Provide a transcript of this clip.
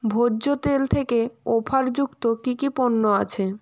ভোজ্য তেল থেকে অফারযুক্ত কী কী পণ্য আছে